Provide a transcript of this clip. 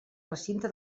recinte